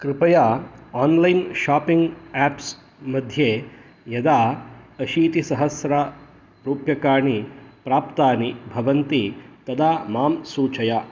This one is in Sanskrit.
कृपया आन्लैन् शापिङ्ग् ऐप्स् मध्ये यदा अशीतिसहस्रं रूप्यकाणि प्राप्तानि भवन्ति तदा मां सूचय